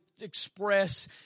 express